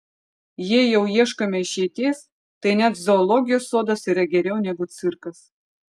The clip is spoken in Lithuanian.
jei jau ieškome išeities tai net zoologijos sodas yra geriau negu cirkas